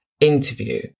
interview